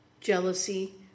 jealousy